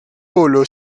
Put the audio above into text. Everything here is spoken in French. paulo